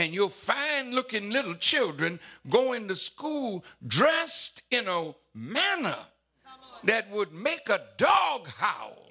and you'll find lookin little children going to school dressed in no manner that would make a dog how